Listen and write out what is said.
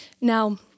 Now